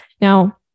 Now